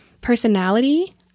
personality